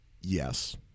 yes